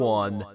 one